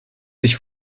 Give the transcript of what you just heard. sich